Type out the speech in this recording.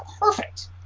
perfect